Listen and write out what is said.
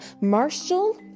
Marshall